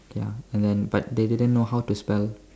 ya and then but they didn't know how to spell